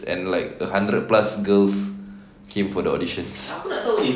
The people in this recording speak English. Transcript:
and like a hundred plus girls came for the auditions